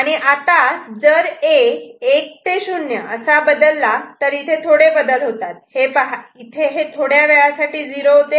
आणि आता जर A 1 ते 0 असा बदलला तर इथे थोडे बदल होतात हे पहा इथे हे थोड्यावेळासाठी 0 होते